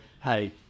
hey